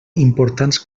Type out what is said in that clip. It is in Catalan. importants